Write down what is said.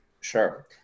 Sure